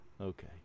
Okay